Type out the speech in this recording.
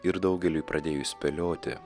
ir daugeliui pradėjus spėlioti